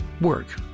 work